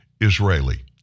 Israeli